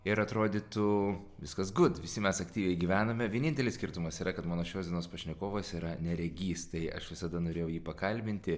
ir atrodytų viskas gud visi mes aktyviai gyvename vienintelis skirtumas yra kad mano šios dienos pašnekovas yra neregys tai aš visada norėjau jį pakalbinti